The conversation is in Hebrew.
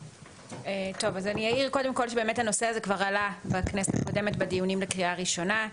אני אעיר שהנושא הזה כבר עלה בכנסת הקודמת בדיונים לקריאה ראשונה,